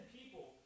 people